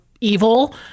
evil